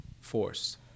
force